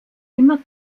immer